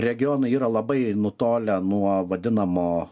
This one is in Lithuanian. regionai yra labai nutolę nuo vadinamo